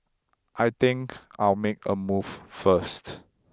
I think I'll make a move first